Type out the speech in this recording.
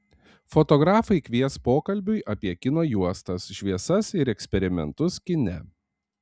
fotografai kvies pokalbiui apie kino juostas šviesas ir eksperimentus kine